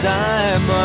time